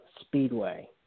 Speedway